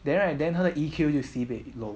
then right then 他的 E_Q 就 sibeh low